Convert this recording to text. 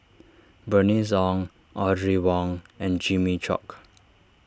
Bernice Ong Audrey Wong and Jimmy Chok